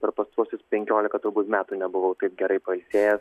per pastaruosius penkiolika metų nebuvau taip gerai pailsėjęs